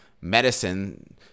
medicine